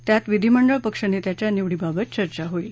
त्यात विधीमंडळ पक्षनेत्याच्या निवडीबाबत चर्चा होईल